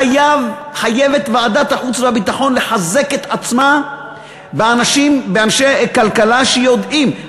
חייבת ועדת החוץ והביטחון לחזק את עצמה באנשי כלכלה שיודעים,